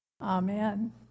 Amen